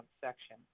section